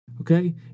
okay